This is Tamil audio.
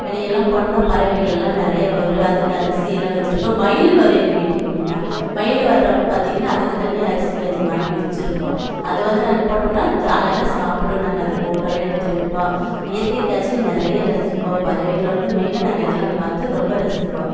வெளியே எல்லாம் போனம்ன்னா பறவைகள் எல்லாம் நிறைய வரும் அதற்கு அரிசியெல்லாம் வச்சிருக்கோம் மயில் வரும் எங்கள் வீட்டுக்கு மெயினாக மயில் வரப்போ பார்த்தீங்கன்னா அதற்கு தனியாக அரிசி வச்சி வாங்கி வச்சிருக்கோம் அது வந்து நாங்கள் போட்டம்ன்னா தே அழகாக சாப்பிடும் நாங்கள் அதை போட்டோலே எடுத்து வைப்போம் இயற்கை காட்சி நிறைய ரசிப்போம் பறவைகளை வந்து மெயினாக நாங்கள் இதெல்லாம் பார்த்து ரொம்ப ரசிப்போம்